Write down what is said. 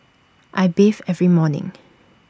I bathe every morning